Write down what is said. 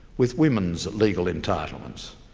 with women's legal entitlements,